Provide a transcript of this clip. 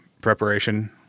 preparation